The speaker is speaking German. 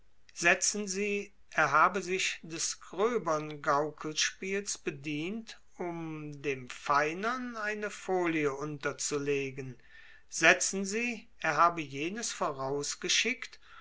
setzen sie er habe sich des gröbern gaukelspiels bedient um dem feinern eine folie unterzulegen setzen sie er habe jenes vorausgeschickt